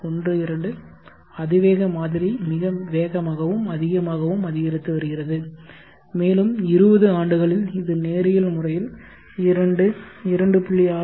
12 அதிவேக மாதிரி மிக வேகமாகவும் அதிகமாகவும் அதிகரித்து வருகிறது மேலும் 20 ஆண்டுகளில் இது நேரியல் முறையில் 2 2